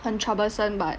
很 troublesome but